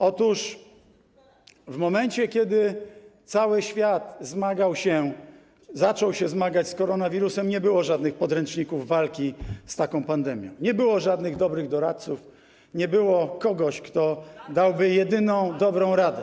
Otóż w momencie, kiedy cały świat zaczął się zmagać z koronawirusem, nie było żadnych podręczników walki z taką pandemią, nie było żadnych dobrych doradców, nie było kogoś, kto dałby jedyną dobrą radę.